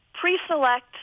pre-select